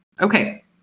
Okay